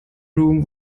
room